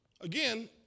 Again